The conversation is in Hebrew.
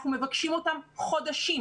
אנחנו מבקשים אותם חודשים.